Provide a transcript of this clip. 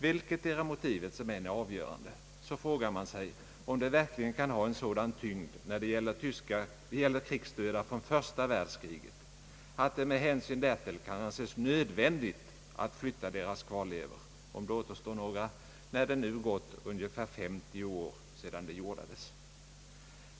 Vilketdera motivet som än är avgörande så frågar man sig om det verkligen kan ha sådan tyngd när det gäller krigsdöda från första världskriget, att det med hänsyn därtill kan anses nödvändigt att flytta deras kvarlevor — om det återstår några — när det nu gått ungefär femtio år sedan de jordades.